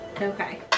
Okay